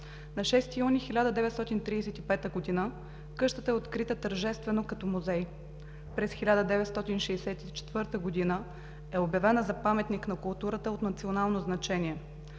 На 6 юни 1935 г. къщата е открита тържествено като музей. През 1964 г. е обявена за паметник на културата от национално значение.